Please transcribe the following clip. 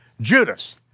Judas